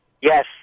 Yes